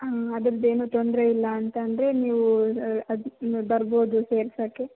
ಹಾಂ ಅದ್ರದ್ದೇನೂ ತೊಂದರೆ ಇಲ್ಲ ಅಂತಂದರೆ ನೀವು ಅದಿಕ್ಕೆ ನೀವು ಬರ್ಬೌದು ಸೇರ್ಸಕ್ಕೆ